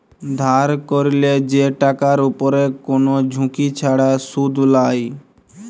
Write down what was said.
ধার ক্যরলে যে টাকার উপরে কোন ঝুঁকি ছাড়া শুধ লায়